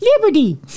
liberty